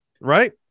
right